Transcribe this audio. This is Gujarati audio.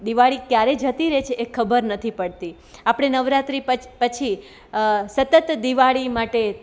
દિવાળી ક્યારે જતી રહે છે એ ખબર નથી પડતી આપણે નવરાત્રિ પછી સતત દિવાળી માટે